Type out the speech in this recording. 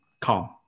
calm